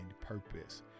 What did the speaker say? purpose